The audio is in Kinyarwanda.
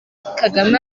kagame